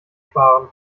sparen